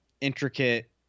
intricate